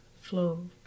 flow